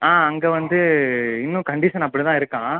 ஆ அங்கே வந்து இன்னும் கண்டிஷன் அப்படி தாம் இருக்காம்